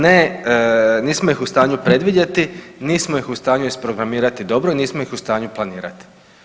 Ne, nismo ih u stanju predvidjeti, nismo ih u stanju izprogramirati dobro i nismo ih u stanju planirati.